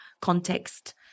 context